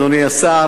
אדוני השר,